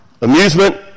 amusement